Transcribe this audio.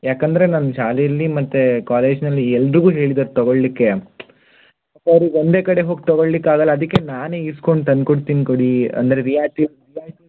ಯಾಕಂದರೆ ನನ್ನ ಶಾಲೆಯಲ್ಲಿ ಮತ್ತು ಕಾಲೇಜ್ನಲ್ಲಿ ಎಲ್ಲರಿಗೂ ಹೇಳಿದಾರೆ ತಗೊಳ್ಳಲಿಕ್ಕೆ ಪಾಪ ಅವ್ರಿಗೆ ಒಂದೇ ಕಡೆ ಹೋಗಿ ತಗೊಳ್ಳಿಕ್ಕೆ ಆಗಲ್ಲ ಅದಕ್ಕೆ ನಾನೇ ಇಸ್ಕೊಂಡು ತಂದ್ಕೊಡ್ತಿನಿ ಕೊಡೀ ಅಂದರೆ ರಿಯಾಯಿತಿ ರಿಯಾಯಿತಿ ಸಿಗತ್ತಾ